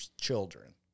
children